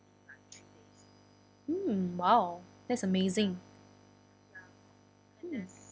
hmm !wow! that's amazing hmm